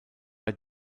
bei